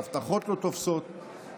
ההבטחות לא תופסות,